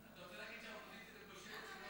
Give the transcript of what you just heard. אתה רוצה להגיד, לא.